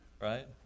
Right